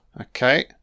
Okay